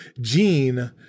Gene